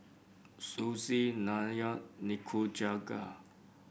Sushi Naan Nikujaga